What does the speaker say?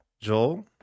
Joel